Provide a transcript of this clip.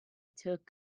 took